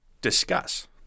discuss